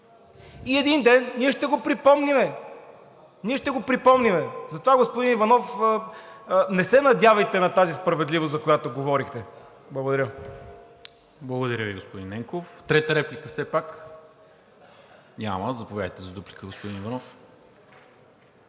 и един ден ние ще го припомним. Ние ще го припомним! Затова, господин Иванов, не се надявайте на тази справедливост, за която говорите. Благодаря. ПРЕДСЕДАТЕЛ НИКОЛА МИНЧЕВ: Благодаря Ви, господин Ненков. Трета реплика? Няма. Заповядайте за дуплика, господин Иванов.